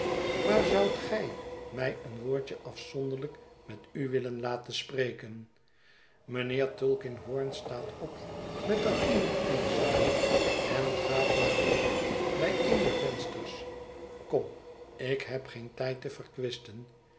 maar zoudt ge mij een woordje afzonderlijk met u willen laten spreken mijnheer tulkinghorn staat op met de handen in de zakken en gaat naar een hoek bij een der vensters kom ik heb geen tijd te verkwisten